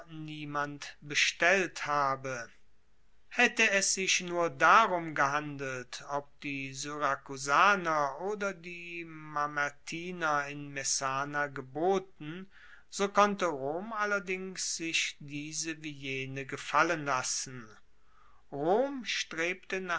niemand bestellt habe haette es sich nur darum gehandelt ob die syrakusaner oder die mamertiner in messana geboten so konnte rom allerdings sich diese wie jene gefallen lassen rom strebte